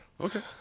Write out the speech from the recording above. Okay